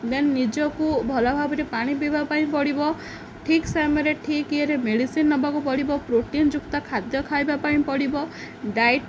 ଦେନ୍ ନିଜକୁ ଭଲ ଭାବରେ ପାଣି ପିଇବା ପାଇଁ ପଡ଼ିବ ଠିକ୍ ସମୟରେ ଠିକ୍ ଇଏରେ ମେଡ଼ିସିନ ନେବାକୁ ପଡ଼ିବ ପ୍ରୋଟିନ୍ ଯୁକ୍ତ ଖାଦ୍ୟ ଖାଇବା ପାଇଁ ପଡ଼ିବ ଡାଏଟ୍